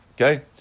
okay